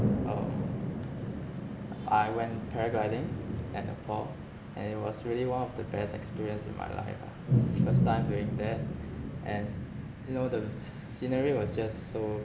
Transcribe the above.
um I went paragliding at nepal and it was really one of the best experience in my life ah is first time doing that and you know the sc~ scenery was just so